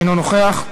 אינו נוכח,